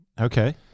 Okay